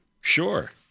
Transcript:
Sure